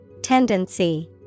Tendency